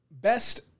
Best